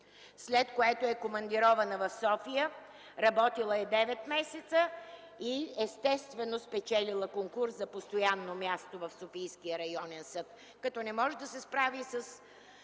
След това е командирована в София, работила е девет месеца и, естествено, спечелила конкурса за постоянно място в Софийския районен съд. Като не може да се справи с